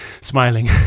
smiling